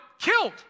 killed